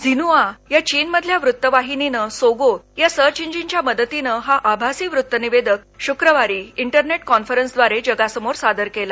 Xinhua ह्या चीनमधील वृत्तवाहिनीनं सोगो या सर्च इंजिनच्या मदतीनं हा आभासी वृत्त निवेदक श्क्रवारी इंटरनेट कॉन्फरन्सद्वारे जगासमोर सादर केला